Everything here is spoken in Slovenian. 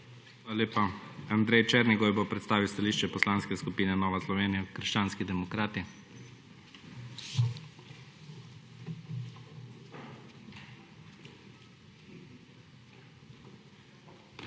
Hvala lepa. Andrej Černigoj bo predstavil stališče Poslanske skupine Nova Slovenija – krščanski demokrati. ANDREJ